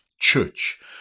church